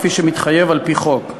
כפי שמתחייב על-פי חוק.